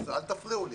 אל תפריעו לי.